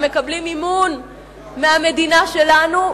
המקבלים מימון מהמדינה שלנו,